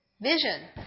vision